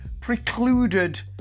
precluded